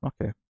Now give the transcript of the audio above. Okay